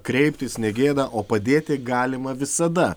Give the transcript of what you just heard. kreiptis ne gėda o padėti galima visada